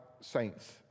saints